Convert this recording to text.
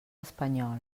espanyol